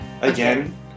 again